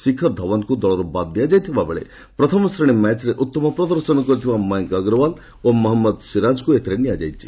ଶିଖର ଧାଓ୍ୱନଙ୍କୁ ଦଳରୁ ବାଦ୍ ଦିଆଯାଇଥିବା ବେଳେ ପ୍ରଥମଶ୍ରେଣୀ ମ୍ୟାଚ୍ରେ ଉତ୍ତମ ପ୍ରଦର୍ଶନ କରିଥିବା ମୟଙ୍କ ଅଗ୍ରୱାଲ ଓ ମହମ୍ମଦ ସିରାଜଙ୍କୁ ଏଥିରେ ନିଆଯାଇଛି